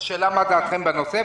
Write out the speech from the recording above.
השאלה מה דעתכם בנושא.